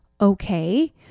okay